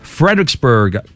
Fredericksburg